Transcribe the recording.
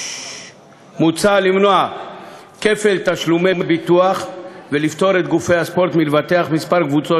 מוצע למנוע כפל תשלומי ביטוח ולפטור את גופי הספורט מלבטח כמה קבוצות